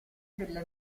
delle